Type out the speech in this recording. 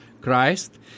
Christ